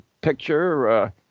picture